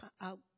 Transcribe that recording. out